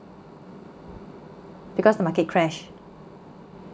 because the market crash